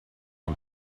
and